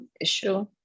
issue